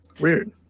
Weird